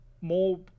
more